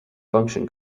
function